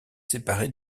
séparée